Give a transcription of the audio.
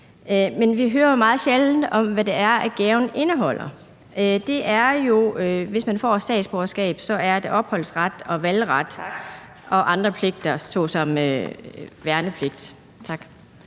men vi hører jo meget sjældent om, hvad det er, gaven indeholder. Og det er jo, hvis man får statsborgerskab, opholdsret, valgret og pligter såsom værnepligt. Tak.